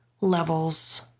levels